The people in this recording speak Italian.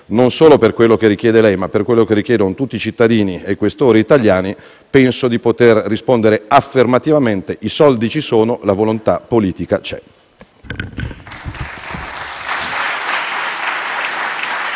non solo per quanto richiede lei ma per quanto richiedono tutti i cittadini e i questori italiani, penso di poter rispondere affermativamente: i soldi ci sono, la volontà politica c'è.